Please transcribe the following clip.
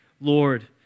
Lord